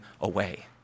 away